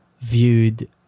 viewed